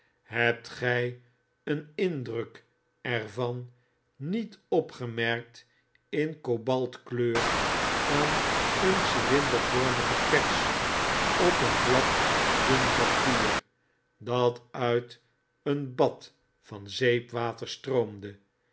hebt gy een indruk er van niet opgemerkt in kobalt kleur aan eencylindervormige pers op een blad dun papier dat uit een bad van zeepwater stroomde